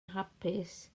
hapus